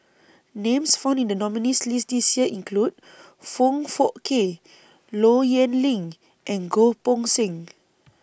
Names found in The nominees' list This Year include Foong Fook Kay Low Yen Ling and Goh Poh Seng